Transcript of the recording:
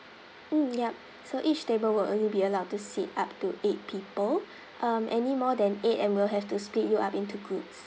mm yup so each table will only be allowed to sit up to eight people um any more than eight and we'll have to split you up into groups